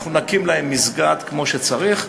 אנחנו נקים להם מסגד כמו שצריך.